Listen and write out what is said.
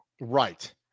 Right